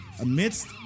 amidst